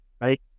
Right